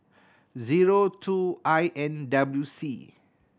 zero two I N W C